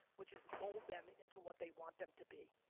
which is mold them into what they want them to be.